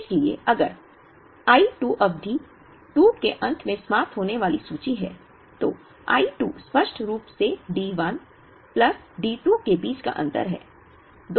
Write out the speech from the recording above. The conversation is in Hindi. इसलिए अगर I 2 अवधि 2 के अंत में समाप्त होने वाली सूची है तो I 2 स्पष्ट रूप से D 1 प्लस D 2 के बीच का अंतर है